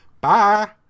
bye